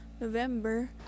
November